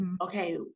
okay